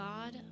God